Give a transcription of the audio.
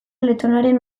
letonaren